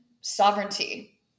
sovereignty